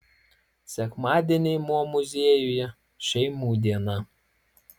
sekmadieniai mo muziejuje šeimų diena